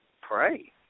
Pray